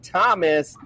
Thomas